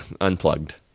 Unplugged